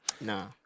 nah